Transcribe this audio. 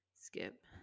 Skip